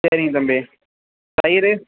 சரிங்க தம்பி தயிர்